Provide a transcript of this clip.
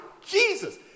Jesus